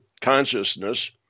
consciousness